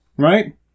Right